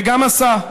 וגם עשה,